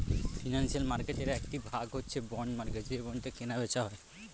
financial মার্কেটের একটি ভাগ হচ্ছে বন্ড মার্কেট যে বন্ডে কেনা বেচা হয়